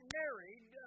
married